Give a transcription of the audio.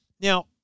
Now